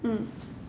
mm